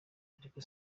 ariko